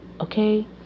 Okay